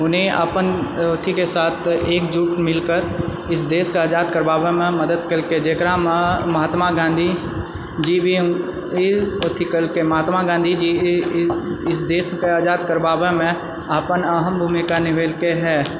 ओने अपन अथिके साथ एकजुट मिलकर इस देशके आजाद करबाबएमे मदद केलकेै जेकरामे महात्मा गाँधी जी भी ई ओथि करलकै महात्मा गाँधी जी इस देशके आजाद करबाबएमे अपन अहम भूमिका निभेलकै हँ